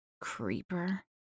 Creeper